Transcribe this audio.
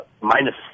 minus